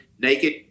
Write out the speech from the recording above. naked